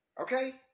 okay